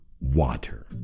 water